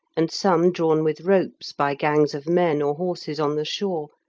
and some drawn with ropes by gangs of men or horses on the shore,